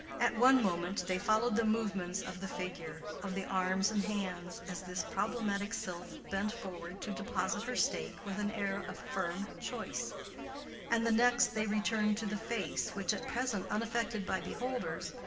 at one moment they followed the movements of the figure, of the arms and hands, as this problematic sylph bent forward to deposit her stake with an air of firm choice and the next they returned to the face which, at present unaffected by beholders,